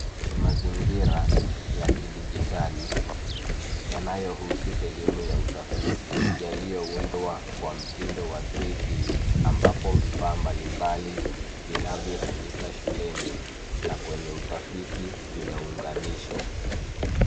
Mazingaira ya kidijitali yanayohusu elimu na utafiti yameundwa kwa mtindo wa 3D, ambapo vifaa mbalimbali vinavyotumika shuleni na kwenye utafiti vimeunganishwa .